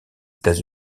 états